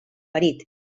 marit